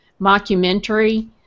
mockumentary